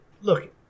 look